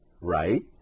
right